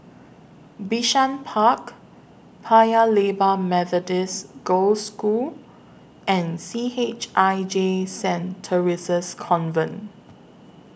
Bishan Park Paya Lebar Methodist Girls' School and C H I J Saint Theresa's Convent